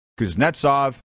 Kuznetsov